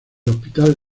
hospital